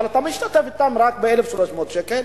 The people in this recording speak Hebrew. אבל אתה משתתף אתם רק ב-1,300 שקל.